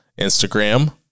Instagram